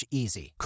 easy